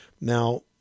Now